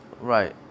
Right